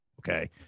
okay